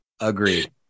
agreed